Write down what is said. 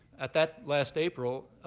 at that last april,